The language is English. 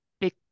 big